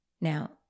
Now